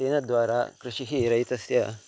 तेन द्वारा कृषिः रैतस्य